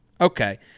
Okay